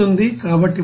కాబట్టి మొత్తం 184